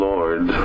Lord